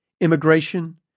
immigration